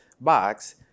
box